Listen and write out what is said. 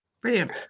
Brilliant